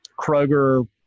Kroger